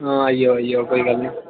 हां आई आओ आई आओ कोई गल्ल निं